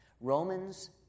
Romans